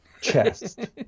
chest